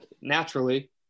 naturally